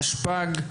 התשפ"ג-2023,